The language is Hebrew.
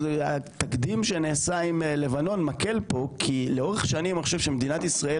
התקדים שנעשה עם לבנון מקל פה כי לאורך שנים אני חושב שמדינת ישראל